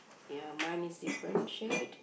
mine is different shape